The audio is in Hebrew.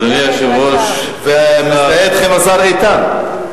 אדוני היושב-ראש, ומזדהה אתכם השר איתן.